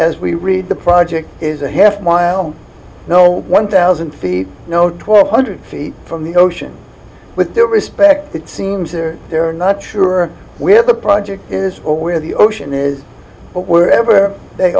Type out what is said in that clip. as we read the project is a half mile no one thousand feet no twelve hundred feet from the ocean with their respect it seems or they're not sure where the project is or where the ocean is but wherever they